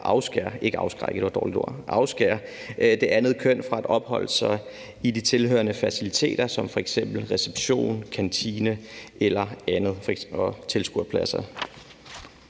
svømning ikke kan bruges til at afskære det andet køn fra at opholde sig i de tilhørende faciliteter som f.eks. reception, kantine og tilskuerpladser.